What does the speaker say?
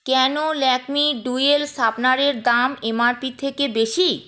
কেন ল্যাকমে ডুয়েল শার্পনারের দাম এমআরপি থেকে বেশি